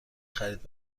خرید